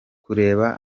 kureba